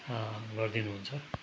गरिदिनु हुन्छ